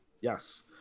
Yes